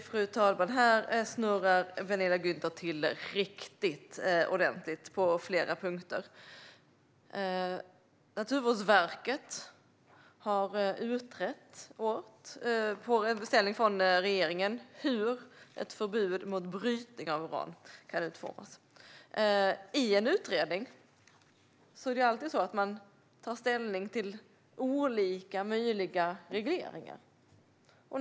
Fru talman! Här snurrar Penilla Gunther till det riktigt ordentligt på flera punkter. Naturvårdsverket har på beställning från regeringen utrett hur ett förbud mot brytning av uran kan utformas. I en utredning tar man ställning till olika möjliga regleringar.